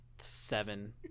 seven